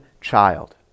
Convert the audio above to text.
child